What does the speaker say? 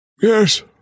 Yes